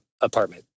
apartment